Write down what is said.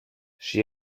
she